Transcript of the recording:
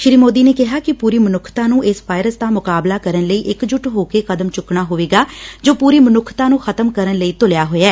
ਸ਼੍ਰੀ ਸੋਦੀ ਨੇ ਕਿਹਾ ਕਿ 'ਪੂਰੀ ਮਨੁੱਖਤਾ' ਨੂੰ ਇਸ ਵਾਇਰਸ ਦਾ ਮੁਕਾਬਲਾ ਕਰਨ ਲਈ ਇੱਕ ਜੁੱਟ ਹੋਕੇ ਕਦਮ ਚੁੱਕਣਾ ਹੋਵੇਗਾ ਜੋ ਪੁਰੀ ਮਨੁੱਖਤਾ ਨੂੰ ਖਤਮ ਕਰਨ ਲਈ ਤੁਲਿਆ ਹੋਇਐ